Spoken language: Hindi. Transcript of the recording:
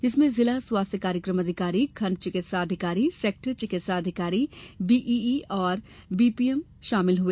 जिसमें जिला स्वास्थ्य कार्यकम अधिकारी खण्ड चिकित्सा अधिकारी सेक्टर चिकित्सा अधिकारी बीईई और बीपीएम शामिल हुए